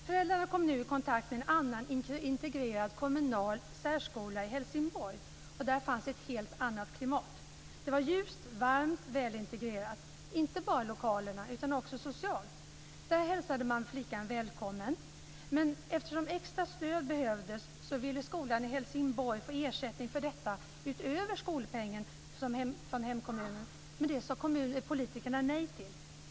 Föräldrarna kom nu i kontakt med en annan integrerad kommunal särskola i Helsingborg, och där fanns ett helt annat klimat. Det var ljust, varmt och välintegrerat inte bara vad det gällde lokalerna utan också socialt. Där hälsade man flickan välkommen. Eftersom extra stöd behövdes ville skolan i Helsingborg få ersättning för detta utöver skolpengen från hemkommunen, men det sade politikerna nej till.